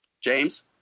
James